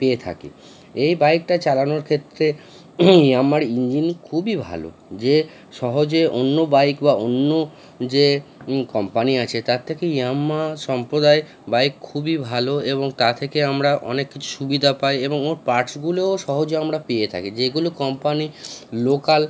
পেয়ে থাকি এই বাইকটা চালানোর ক্ষেত্রে ইয়ামাহার ইঞ্জিন খুবই ভালো যে সহজে অন্য বাইক বা অন্য যে কোম্পানি আছে তার থেকে ইয়ামাহা সম্প্রদায় বাইক খুবই ভালো এবং তা থেকে আমরা অনেক কিছু সুবিধা পাই এবং ওর পার্টসগুলোও সহজে আমরা পেয়ে থাকি যেগুলো কোম্পানি লোকাল